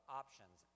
options